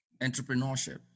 Entrepreneurship